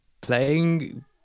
playing